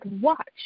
watch